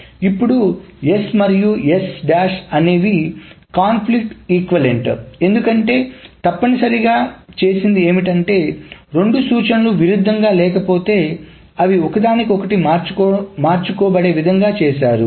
ఇప్పుడు S మరియు అనేవి కాన్ఫ్లిక్ట్ ఈక్వలెంట్ ఎందుకంటే తప్పనిసరిగా చేసినది ఏమిటంటే రెండు సూచనలు విరుద్ధంగా లేకపోతే అవి ఒకదానికొకటి మార్చుకోబడే విధంగా చేశారు